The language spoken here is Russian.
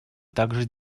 также